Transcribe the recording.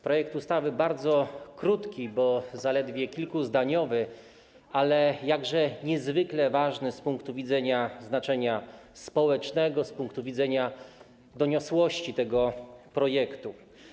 Projekt bardzo krótki, bo zaledwie kilkuzdaniowy, ale jakże niezwykle ważny z punktu widzenia, znaczenia społecznego, z punktu widzenia doniosłości tego projektu.